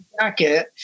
jacket